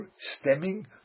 stemming